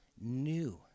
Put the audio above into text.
new